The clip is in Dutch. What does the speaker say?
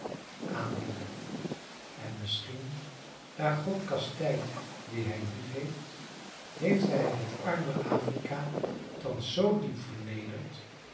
aanbieden en misschien daar god kastijdt wien hij liefheeft heeft hij het arme afrika thans zoo diep vernederd